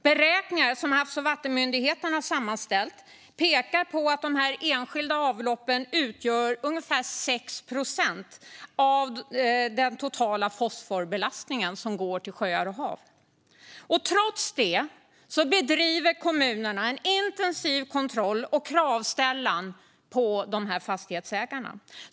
Beräkningar som Havs och vattenmyndigheten har sammanställt pekar på att de enskilda avloppen står för ungefär 6 procent av den totala fosforbelastningen på sjöar och hav. Trots det bedriver kommunerna en intensiv kontroll och ställer krav på fastighetsägarna.